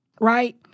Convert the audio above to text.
right